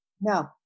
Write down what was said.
No